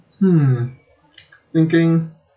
hmm thinking